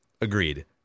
Agreed